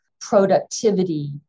productivity